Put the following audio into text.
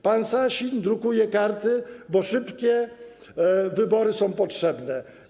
Pan Sasin drukuje karty, bo szybkie wybory są potrzebne.